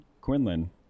Quinlan